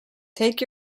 take